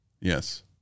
yes